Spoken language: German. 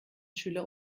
schüler